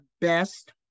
best